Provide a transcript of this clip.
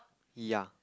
yeah